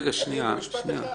וכמה אתה חושב מסיימים?